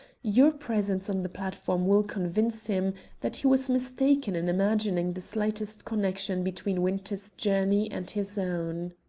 your presence on the platform will convince him that he was mistaken in imagining the slightest connection between winter's journey and his own.